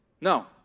No